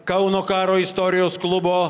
kauno karo istorijos klubo